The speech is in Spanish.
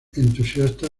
entusiasta